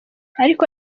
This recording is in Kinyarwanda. ariko